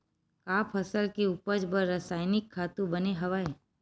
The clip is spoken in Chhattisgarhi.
का फसल के उपज बर रासायनिक खातु बने हवय?